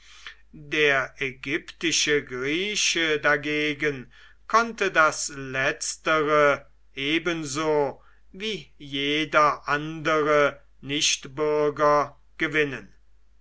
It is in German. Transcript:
der ägyptische grieche dagegen konnte das letztere ebenso wie jeder andere nichtbürger gewinnen